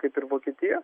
kaip ir vokietija